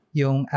yung